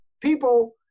people